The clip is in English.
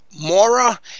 Mora